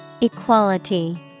Equality